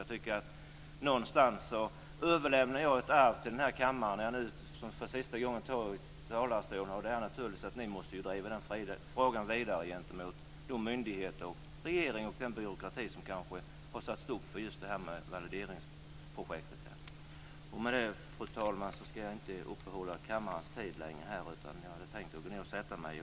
Jag överlämnar ett arv till denna kammare när jag nu för sista gången står i talarstolen att ni som sitter här måste driva den frågan vidare gentemot myndigheter, regering och den byråkrati som kanske har satt stopp just för valideringsprojektet. Fru talman! Jag ska inte uppta kammarens tid längre. Jag tänkte gå och sätta mig.